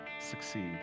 succeed